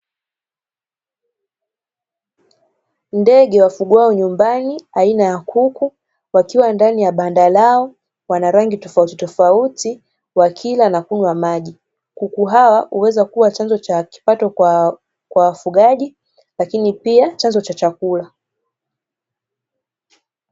Ndege wafugwao nyumbani aina ya kuku wakiwa ndani ya banda lao wana rangi tofautitofauti, wakila na kunywa maji kuku hawa huweza kuwa chanzo cha kipato kwa wafugaji lakini pia chanzo cha chakula